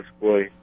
boy